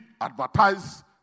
advertise